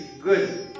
Good